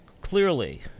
clearly